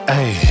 Hey